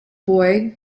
boy